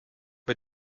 mit